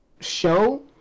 show